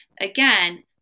Again